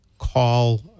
call